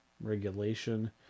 regulation